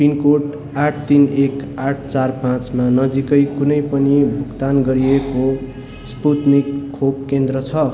pin code आठ तिन एक आठ चार पाँचमा नजिकै कुनै पनि भुक्तान गरिएको स्पुत्निक खोप केन्द्र छ